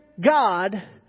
God